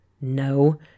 No